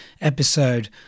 episode